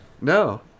No